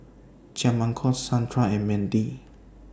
Jamarcus Sandra and Mandy